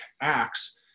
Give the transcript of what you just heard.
Acts